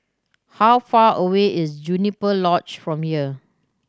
how far away is Juniper Lodge from here